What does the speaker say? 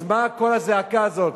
אז מה כל הזעקה הזאת?